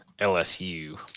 LSU